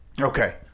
Okay